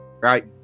Right